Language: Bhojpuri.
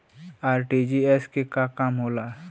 आर.टी.जी.एस के का काम होला?